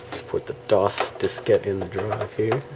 put the dos diskette in the drive here